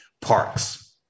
parks